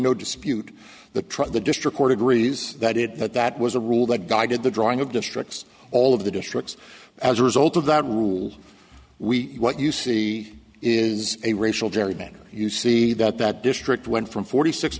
no dispute the tribe the district court agrees that it that that was a rule that guided the drawing of districts all of the districts as a result of that rule we what you see is a racial gerrymander you see that that district went from forty six